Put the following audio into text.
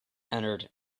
entered